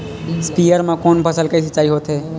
स्पीयर म कोन फसल के सिंचाई होथे?